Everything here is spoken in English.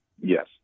yes